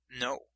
No